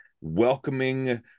welcoming